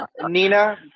nina